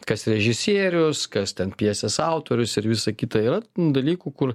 kas režisierius kas ten pjesės autorius ir visa kita yra dalykų kur